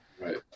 Right